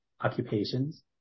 occupations